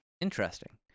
Interesting